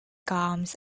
comes